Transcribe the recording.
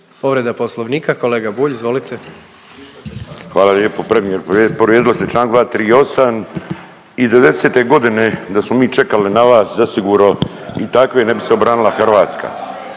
Povreda poslovnika kolega Bulj izvolite. **Bulj, Miro (MOST)** Hvala lijepo. Premijeru, povrijedili ste čl. 238. i '90.-te godine da smo mi čekali na vas zasigurno i takve ne bi se obranila Hrvatska.